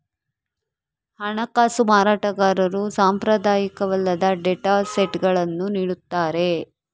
ಹಣಕಾಸು ಮಾರಾಟಗಾರರು ಸಾಂಪ್ರದಾಯಿಕವಲ್ಲದ ಡೇಟಾ ಸೆಟ್ಗಳನ್ನು ನೀಡುತ್ತಾರೆ